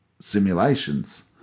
simulations